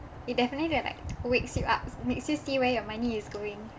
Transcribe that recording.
you definitely get like wakes you up makes you see where your money is going